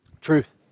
Truth